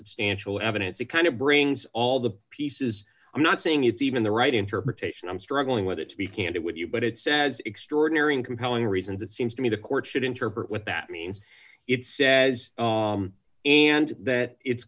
substantial evidence that kind of brings all the pieces i'm not saying it's even the right interpretation i'm struggling with it to be candid with you but it says extraordinary and compelling reasons it seems to me the court should interpret what that means it says and that it's